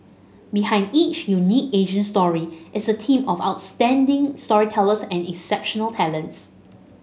behind each unique Asian story is a team of outstanding storytellers and exceptional talents